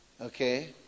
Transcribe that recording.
Okay